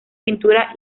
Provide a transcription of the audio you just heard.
pintura